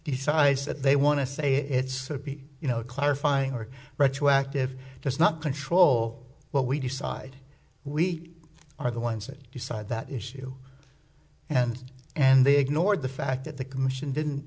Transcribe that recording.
decides that they want to say it's you know clarifying or retroactive does not control what we decide we are the ones that decide that issue and and they ignored the fact that the commission didn't